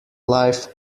life